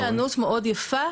יש היענות מאוד יפה.